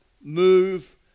move